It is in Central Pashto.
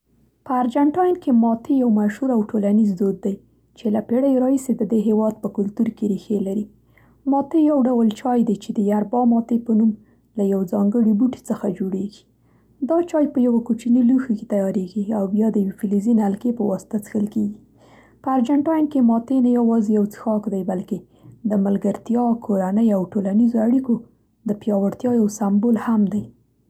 په ارجنټاین کې "ماتې" یو مشهور او ټولنیز دود دی، چې له پېړیو راهیسې د دې هېواد په کلتور کې ریښې لري. ماتې یو ډول چای دی چې د "یربا ماتې" په نوم له یو ځانګړي بوټي څخه جوړیږي. دا چای په یوه کوچني لوښي کې تیارېږي، او بیا د یوې فلزي نلکې په واسطه څښل کیږي. په ارجنټاین کې، ماتې نه یوازې یو څښاک دی، بلکې د ملګرتیا، کورنۍ او ټولنیزو اړیکو د پیاوړتیا یو سمبول هم دی